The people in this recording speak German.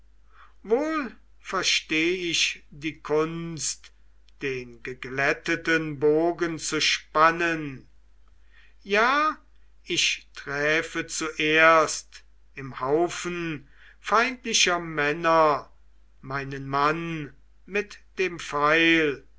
wohl versteh ich die kunst den geglätteten bogen zu spannen ja ich träfe zuerst im haufen feindlicher männer meinen mann mit dem pfeil